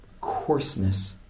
coarseness